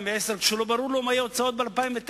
כשלא ברור לו מה יהיו ההוצאות ב-2009,